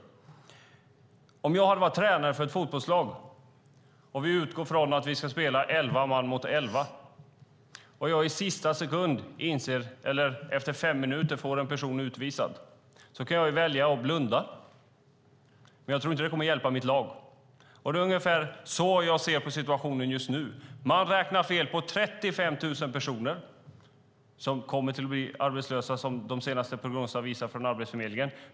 Låt oss säga att jag är tränare för ett fotbollslag, och vi utgår från att vi ska spela elva man mot elva. Efter fem minuter får jag en person utvisad. Jag kan välja att blunda, men jag tror inte att det kommer att hjälpa mitt lag. Det är ungefär så jag ser på situationen just nu. Man räknar fel på 35 000 personer. De senaste prognoserna från Arbetsförmedlingen visar att så många ska bli arbetslösa.